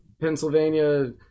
Pennsylvania